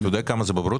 אתה יודע כמה זה בברוטו?